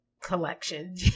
collection